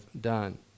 done